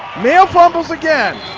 meehl fumbles again.